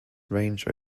range